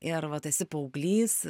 ir va tu esi paauglys